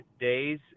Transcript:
days